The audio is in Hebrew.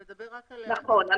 נכון.